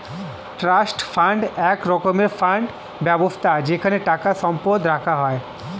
trust fund এক রকমের fund ব্যবস্থা যেখানে টাকা সম্পদ রাখা হয়